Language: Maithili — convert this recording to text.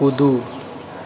कूदू